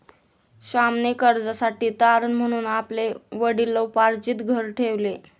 श्यामने कर्जासाठी तारण म्हणून आपले वडिलोपार्जित घर ठेवले